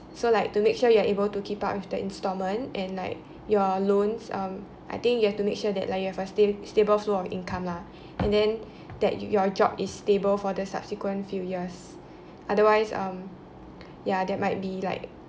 so like to make sure you are able to keep up with the instalment and like your loans um I think you have to make sure that like you have sta~ a stable of income lah and then that your job is stable for the subsequent few years otherwise um ya there might be like